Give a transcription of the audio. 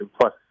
plus